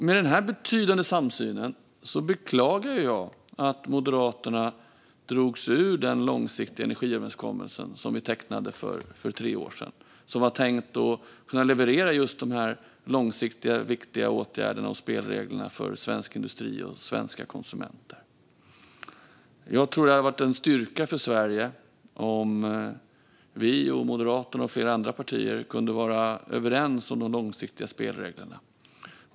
Med denna betydande samsyn beklagar jag att Moderaterna drog sig ur den långsiktiga energiöverenskommelse som vi tecknade för tre år sedan, som var tänkt att kunna leverera just dessa långsiktiga och viktiga åtgärder och spelregler för svensk industri och svenska konsumenter. Jag tror att det skulle vara en styrka för Sverige om vi och Moderaterna och flera andra partier var överens om de långsiktiga spelreglerna.